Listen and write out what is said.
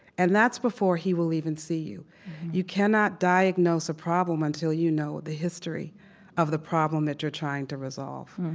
and that's before he will even see you you cannot diagnose a problem until you know the history of the problem that you're trying to resolve.